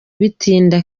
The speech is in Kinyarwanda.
bitinda